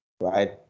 right